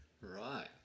Right